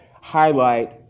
highlight